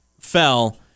fell